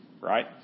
right